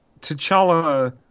T'Challa